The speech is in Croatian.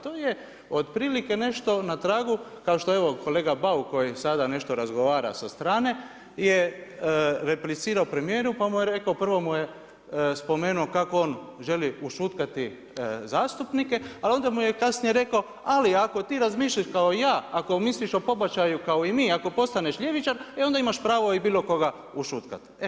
To je otprilike nešto na tragu kao što je evo kolega Bauk koji sada nešto razgovara sa strane je replicirao premijeru, pa mu je rekao prvo mu je spomenuo kako on želi ušutkati zastupnike, ali onda mu je kasnije rekao: „Ali ako ti razmišljaš kao ja, ako misliš o pobačaju kao i mi, ako postaneš ljevičar e onda imaš pravo i bilo koga ušutkat“